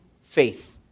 faith